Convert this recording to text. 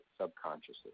subconsciously